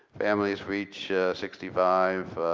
families reach sixty five,